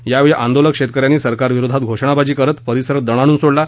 यावेळी आंदोलक शेतकऱ्यांनी सरकार विरोधात घोषणाबाजी करत परिसर दणाणून सोडला